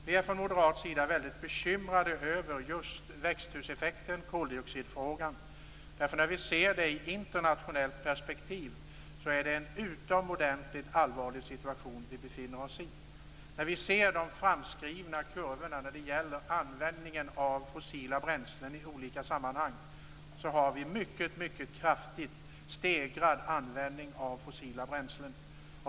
Vi är från moderat sida väldigt bekymrade över just växthuseffekten och koldioxidfrågan. Sett i ett internationellt perspektiv är det en utomordentligt allvarlig situation vi befinner oss i. När vi tittar på de framskrivna kurvorna för användningen av fossila bränslen i olika sammanhang ser vi att vi har en mycket kraftigt stegrad användning av fossila bränslen.